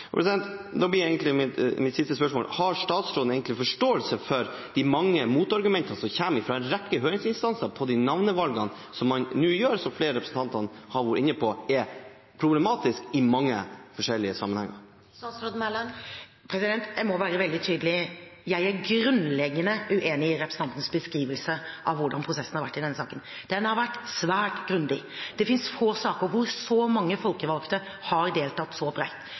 Mitt siste spørsmål er om statsråden har forståelse for de mange motargumenter som kommer fra en rekke høringsinstanser på navnevalgene som man nå tar, og som flere av representantene har vært inne på, er problematiske i mange forskjellige sammenhenger. Jeg må være veldig tydelig: Jeg er grunnleggende uenig i representanten Nordlunds beskrivelse av hvordan prosessen har vært i denne saken. Den har vært svært grundig. Det finnes få saker der så mange folkevalgte har deltatt så